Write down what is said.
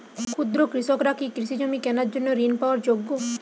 ক্ষুদ্র কৃষকরা কি কৃষিজমি কেনার জন্য ঋণ পাওয়ার যোগ্য?